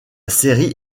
série